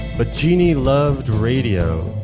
but genie loved radio,